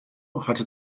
hatte